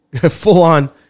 full-on